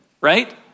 right